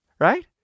right